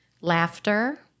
Laughter